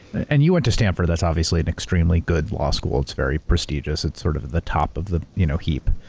and you went to stanford. that's obviously an extremely good law school. it's very prestigious. it's sort of the top of the you know heap.